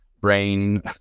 brain